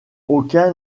aucun